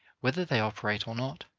whether they operate or not,